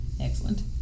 Excellent